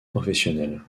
professionnel